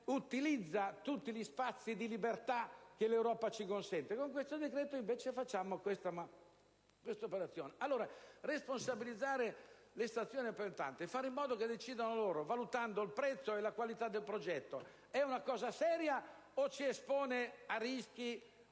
utilizza tutti gli spazi di libertà che l'Europa ci consente. Con questo decreto, invece, compiamo questa operazione. Bisogna dunque responsabilizzare le stazioni appaltanti e fare in modo che decidano loro, valutando il prezzo e la qualità del progetto, se è un progetto serio o se espone a rischi